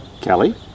Kelly